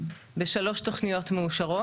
בשלוש תוכניות מאושרות.